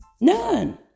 None